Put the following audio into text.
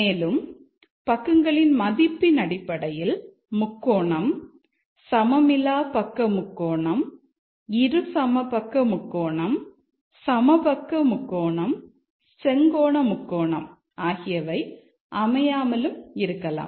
மேலும் பக்கங்களின் மதிப்பின் அடிப்படையில் முக்கோணம் சமமிலாப்பக்க முக்கோணம் இருசமபக்க முக்கோணம் சமபக்க முக்கோணம் செங்கோண முக்கோணம் ஆகியவை அமையாமலும் இருக்கலாம்